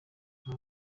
nta